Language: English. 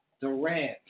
Durant